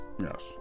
Yes